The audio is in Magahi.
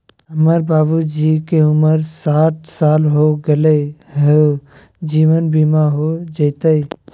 हमर बाबूजी के उमर साठ साल हो गैलई ह, जीवन बीमा हो जैतई?